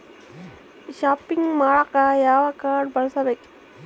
Shopping ಮಾಡಾಕ ಯಾವ card ಬಳಸಬೇಕು?